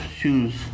shoes